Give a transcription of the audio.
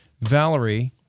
Valerie